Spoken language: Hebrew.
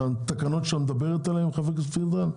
התקנות שאת מדברת עליהן, חברת הכנסת פרידמן,